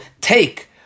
take